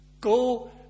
go